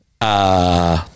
Uh-